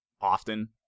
often